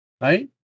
right